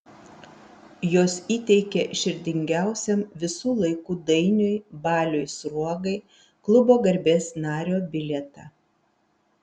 jos įteikė širdingiausiam visų laikų dainiui baliui sruogai klubo garbės nario bilietą